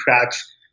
cracks